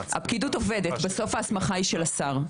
הפקידוּת עובדת, ובסוף ההסמכה היא של השר.